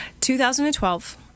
2012